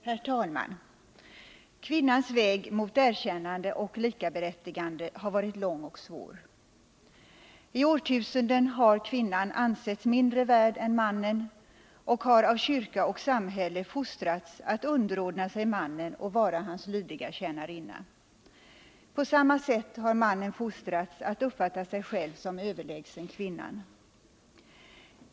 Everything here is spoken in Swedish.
Herr talman! Kvinnans väg mot erkännande och likaberättigande har varit lång och svår. I årtusenden har kvinnan ansetts mindre värd än mannen och har av kyrka och samhälle fostrats att underordna sig mannen och vara hans lydiga tjänarinna. På samma sätt har mannen fostrats att uppfatta sig själv som överlägsen kvinnan.